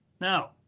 Now